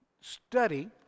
Study